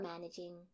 managing